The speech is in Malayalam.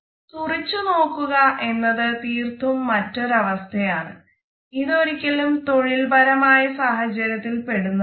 തുറിച്ച് നോക്കുക എന്നത് തീർത്തും മറ്റൊരു അവസ്ഥയാണ് ഇതൊരിക്കലും തൊഴിൽപരമായ സാഹചര്യത്തിൽ പെടുന്നതല്ല